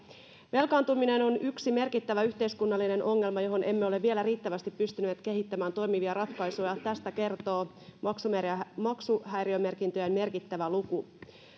velkaantuminen on yksi merkittävä yhteiskunnallinen ongelma johon emme ole vielä riittävästi pystyneet kehittämään toimivia ratkaisuja tästä kertoo maksuhäiriömerkintöjen merkittävä luku